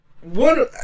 one